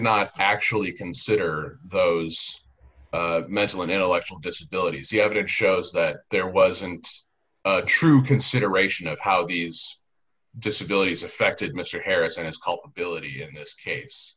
not actually consider those mental and intellectual disabilities the evidence shows that there wasn't true consideration of how these disabilities affected mr harris and his culpability in this case